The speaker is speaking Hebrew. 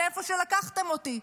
מאיפה שלקחתם אותי.